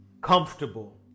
comfortable